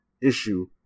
issue